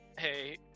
Hey